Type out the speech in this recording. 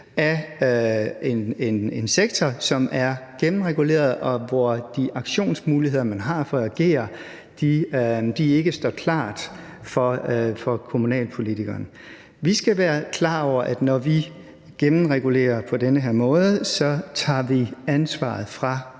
af en sektor, som er gennemreguleret, og hvor de aktionsmuligheder, der er for at agere, ikke står klart for kommunalpolitikeren. Vi skal være klar over, at når vi gennemregulerer på den her måde, tager vi ansvaret fra